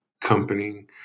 company